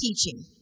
teaching